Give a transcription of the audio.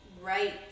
right